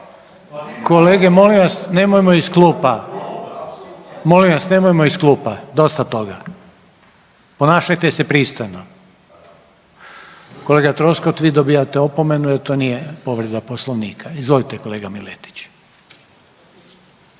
Kolege molim vas nemojmo iz klupa! Molim vas nemojmo iz klupa! Dosta toga! Ponašajte se pristojno! Kolega Troskot vi dobivate opomenu, jer to nije povreda Poslovnika. Izvolite kolega Miletić.